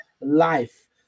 life